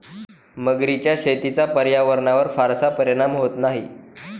मगरीच्या शेतीचा पर्यावरणावर फारसा परिणाम होत नाही